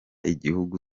igihugu